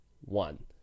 One